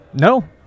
no